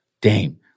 Dame